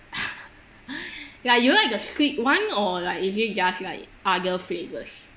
like you like the sweet [one] or like is it just like other flavours